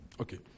Okay